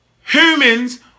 humans